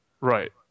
Right